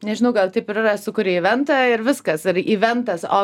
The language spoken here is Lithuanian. nežinau gal taip ir yra sukuri iventą ir viskas ir iventas o